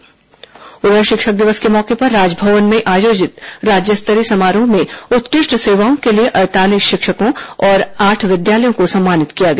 राज्य स्तरीय शिक्षक सम्मान उधर शिक्षक दिवस के मौके पर राजभवन में आयोजित राज्य स्तरीय समारोह में उत्कृष्ट सेवाओं के लिए अड़तालीस शिक्षकों और आठ विद्यालयों को सम्मानित किया गया